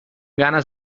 ganes